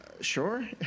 sure